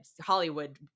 hollywood